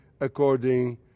according